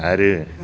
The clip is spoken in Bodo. आरो